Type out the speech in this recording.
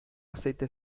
aceite